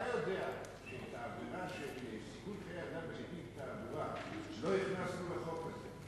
אתה יודע שאת העבירה של סיכון חיי אדם בנתיב תעבורה לא הכנסנו לחוק הזה.